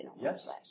Yes